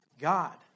God